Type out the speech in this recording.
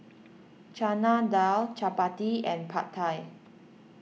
Chana Dal Chapati and Pad Thai